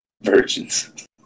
virgins